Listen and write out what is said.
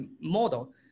model